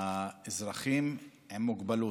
האזרחים עם מוגבלות.